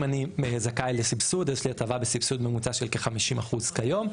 אם אני זכאי לסבסוד יש לי הטבה בסבסוד ממוצע של כ- 50% כיום,